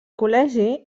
col·legi